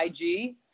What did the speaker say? IG